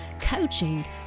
coaching